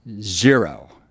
zero